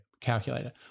calculator